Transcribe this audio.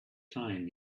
time